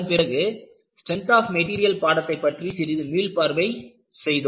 அதன்பிறகு strength of material பாடத்தை பற்றி சிறிது மீள்பார்வை செய்தோம்